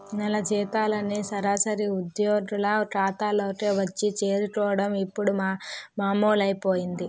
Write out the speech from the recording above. నెల జీతాలన్నీ సరాసరి ఉద్యోగుల ఖాతాల్లోకే వచ్చి చేరుకోవడం ఇప్పుడు మామూలైపోయింది